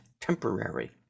temporary